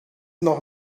noch